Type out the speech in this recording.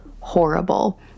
horrible